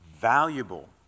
valuable